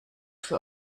für